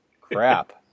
crap